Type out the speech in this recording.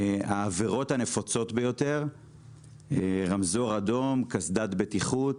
העבירות הנפוצות ביותר הן רמזור אדום וקסדת בטיחות.